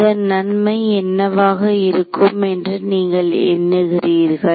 இதன் நன்மை என்னவாக இருக்கும் என்று நீங்கள் எண்ணுகிறீர்கள்